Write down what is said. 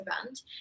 event